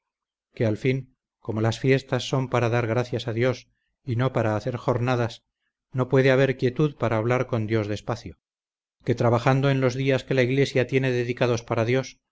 que al fin como las fiestas son para dar gracias a dios y no para hacer jornadas no puede haber quietud para hablar con dios despacio que trabajando en los días que la iglesia tiene dedicados para dios